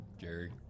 Jerry